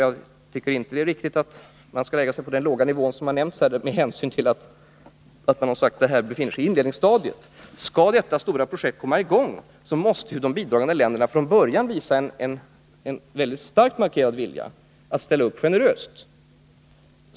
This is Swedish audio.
Jag tycker inte att det är riktigt, som nämndes här i debatten, att det kan ligga på denna låga nivå med hänsyn till att uppbyggnadsprojektet befinner sig i inledningsstadiet. Skall detta stora projekt komma i gång, måste ju de bidragande länderna redan från början visa en mycket starkt markerad vilja att ställa upp generöst.